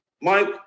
Mike